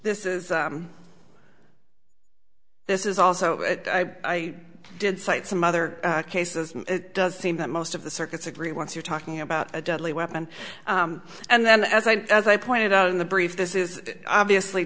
this is this is also i did cite some other cases it does seem that most of the circuits agree once you're talking about a deadly weapon and then as i as i pointed out in the brief this is obviously